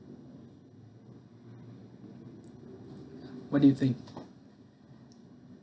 what do you think